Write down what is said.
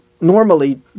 normally